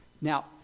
Now